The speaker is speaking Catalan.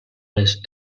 les